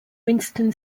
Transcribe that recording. winston